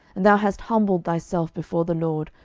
and thou hast humbled thyself before the lord,